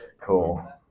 Cool